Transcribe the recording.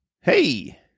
Hey